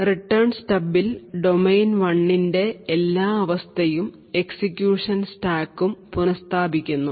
return സ്റ്റബിൽ domain 1 ന്റെ എല്ലാ അവസ്ഥയും എക്സിക്യൂഷൻ സ്റ്റാക്ക് ഉം പുന സ്ഥാപിക്കുന്നു